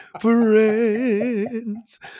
friends